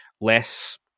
less